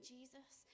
Jesus